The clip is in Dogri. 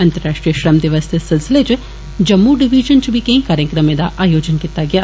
अंतर्राश्ट्रीय मजदूर दिवस दे सिलसिले च जम्मू डवीजन च केईं कार्यक्रमें दा आयोजन कीता गेआ